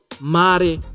Mare